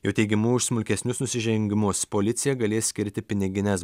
jo teigimu už smulkesnius nusižengimus policija galės skirti pinigines